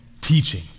teaching